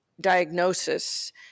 diagnosis